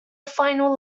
final